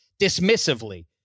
dismissively